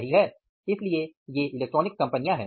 सही है इसलिए ये इलेक्ट्रॉनिक्स कंपनियां हैं